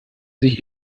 sich